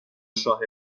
شاهد